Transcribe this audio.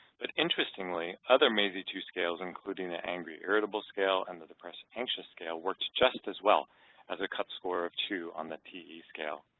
but interestingly other maysi two scales, including an angry-irritable scale and the depressed-anxious scale worked just as well as a cut score of two on the te scale.